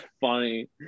funny